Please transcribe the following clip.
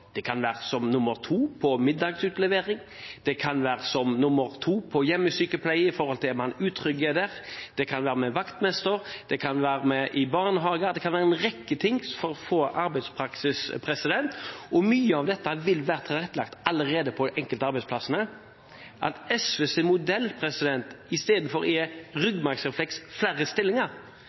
De kan være med som nr. 2 på middagsutlevering, de kan være med som nr. 2 på hjemmesykepleie hvis man er utrygg der, de kan være med en vaktmester, de kan være med i barnehager, de kan være med på en rekke ting for å få arbeidspraksis. Mye av dette vil allerede være tilrettelagt på enkelte av arbeidsplassene. SVs modell gir istedenfor som ryggmargsrefleks å ha flere stillinger,